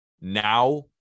Now